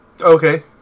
Okay